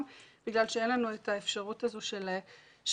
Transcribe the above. בגלל שאין לנו את האפשרות הזו של "הזום".